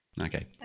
Okay